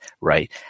right